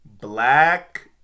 black